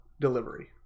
Delivery